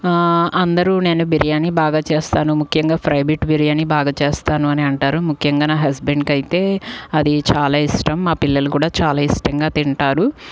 అందరు నేను బిర్యానీ బాగా చేస్తాను ముఖ్యంగా ఫ్రై బిట్ బిర్యానీ బాగా చేస్తాను అని అంటారు ముఖ్యంగా నా హస్బెండ్కు అయితే అది చాలా ఇష్టం మా పిల్లలు కూడా చాలా ఇష్టంగా తింటారు